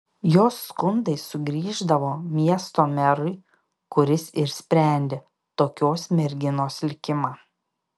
jos skundai sugrįždavo miesto merui kuris ir sprendė tokios merginos likimą